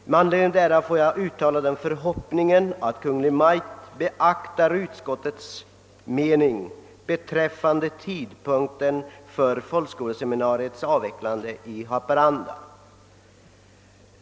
Med anledning härav uttalar jag den förhoppningen att Kungl. Maj:t beaktar vad utskottet skrivit beträffande tidpunkten för avvecklingen av folkskoleseminariet i Haparanda.